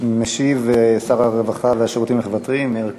משיב שר הרווחה והשירותים החברתיים מאיר כהן.